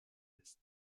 est